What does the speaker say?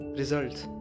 results